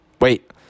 Wait